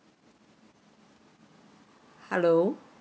hello